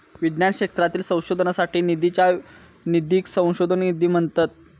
विज्ञान क्षेत्रातील संशोधनासाठी निधीच्या निधीक संशोधन निधी म्हणतत